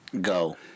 Go